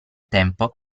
tempo